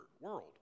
world